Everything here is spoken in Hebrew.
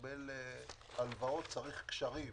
לקבל הלוואות צריך קשרים.